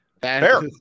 Fair